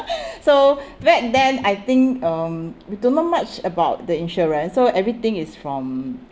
so back then I think um we don't know much about the insurance so everything is from